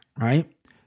right